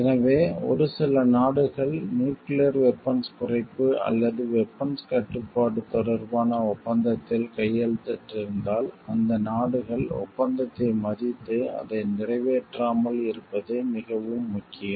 எனவே ஒரு சில நாடுகள் நியூக்கிளியர் வெபன்ஸ்க் குறைப்பு அல்லது வெபன்ஸ் கட்டுப்பாடு தொடர்பான ஒப்பந்தத்தில் கையெழுத்திட்டிருந்தால் அந்த நாடுகள் ஒப்பந்தத்தை மதித்து அதை நிறைவேற்றாமல் இருப்பது மிகவும் முக்கியம்